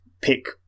pick